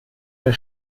der